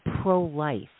pro-life